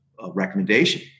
recommendation